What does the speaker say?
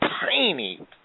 tiny